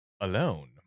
alone